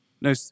no